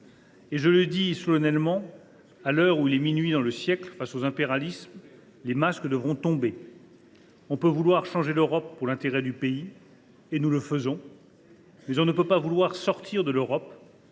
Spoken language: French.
« Je le dis solennellement, alors qu’il est minuit dans le siècle : face aux impérialismes, les masques devront tomber. On peut vouloir changer l’Europe pour l’intérêt du pays – nous le faisons –, mais on ne peut pas vouloir sortir de l’Europe,